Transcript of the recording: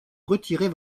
retirer